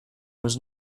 was